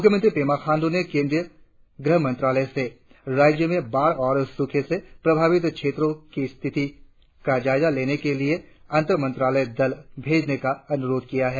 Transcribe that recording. मुख्यमंत्री पेमा खाण्ड्र ने केंद्रीय गृहमंत्रालय से राज्य में बाढ़ और सूखा से प्रभावित क्षेत्रों में स्थिति का जायजा लेने के लिए अंतर मंत्रालय दल भेजने का अनुरोध किया है